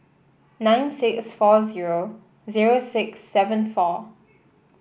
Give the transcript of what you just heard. nine six four zero zero six seven four